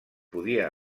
podia